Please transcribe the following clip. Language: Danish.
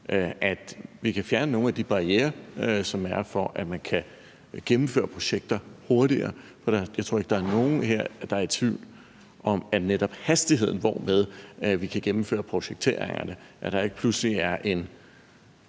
at vi kan fjerne nogle af de barrierer for, at man kan gennemføre projekter hurtigere. Jeg tror ikke, der er nogen her, der er i tvivl om, at netop hastigheden, hvormed vi kan gennemføre projekteringerne, er vigtig, altså det